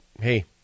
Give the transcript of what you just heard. hey